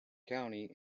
country